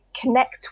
connect